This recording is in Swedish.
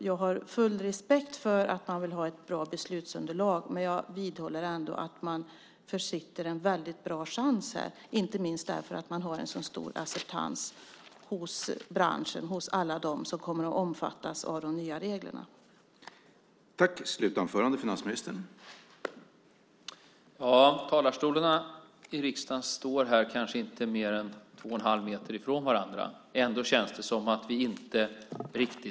Jag har full respekt för att man vill ha ett bra beslutsunderlag, men jag vidhåller ändå att man försitter en bra chans - inte minst därför att man har en så stor acceptans hos alla dem som kommer att omfattas av de nya reglerna i branschen.